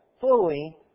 fully